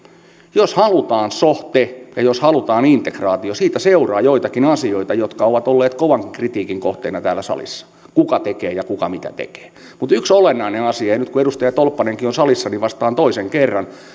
jos halutaan so te ja jos halutaan integraatio siitä seuraa joitakin asioita jotka ovat olleet kovan kritiikin kohteena täällä salissa kuka tekee ja kuka mitä tekee mutta yksi olennainen asia ja nyt kun edustaja tolppanenkin on salissa niin vastaan toisen kerran